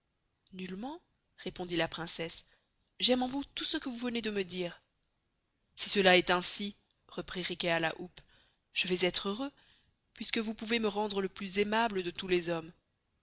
nullement répondit la princesse j'aime en vous tout ce que vous venez de me dire si cela est ainsi reprit riquet à la houppe je vais estre heureux puisque vous pouvez me rendre le plus aimable de tous les hommes